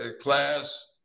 class